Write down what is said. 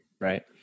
Right